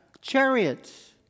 chariots